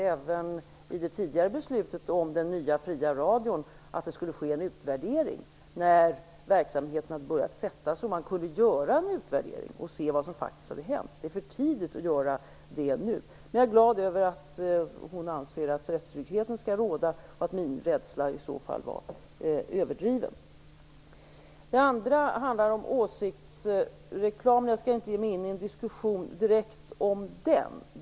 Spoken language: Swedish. Även i det tidigare beslutet om den nya fria radion förutsattes att det skulle ske en utvärdering när verksamheten hade börjat sätta sig och det var möjligt att se vad som faktiskt hade hänt. Det är för tidigt att göra det nu. Men jag är glad över att ministern anser att rättstryggheten skall råda och att min rädsla därmed var överdriven. Jag skall inte ge mig in i en diskussion om åsiktsreklamen direkt.